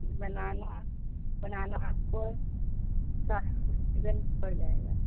بنانا banana آپ کو ساٹھ روپیے درجن پڑ جائے گا